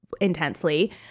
intensely